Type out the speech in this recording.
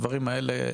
הדברים האלה,